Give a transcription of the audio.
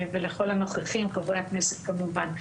ולכל הנוכחים, חברי הכנסת כמובן.